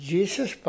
Jesus